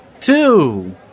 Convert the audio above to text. Two